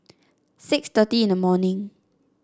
six thirty in the morning